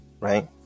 right